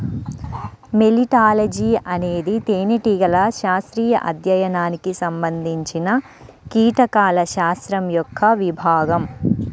మెలిటాలజీఅనేది తేనెటీగల శాస్త్రీయ అధ్యయనానికి సంబంధించినకీటకాల శాస్త్రం యొక్క విభాగం